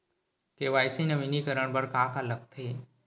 KYC नवीनीकरण बर का का लगथे?